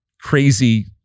crazy